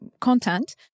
content